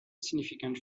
significant